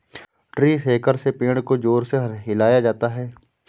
tree shaker से पेड़ को जोर से हिलाया जाता है